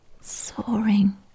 soaring